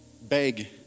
beg